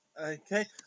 Okay